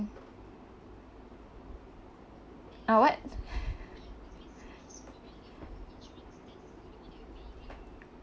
uh what